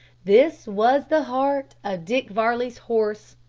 this was the heart of dick varley's horse,